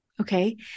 okay